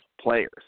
players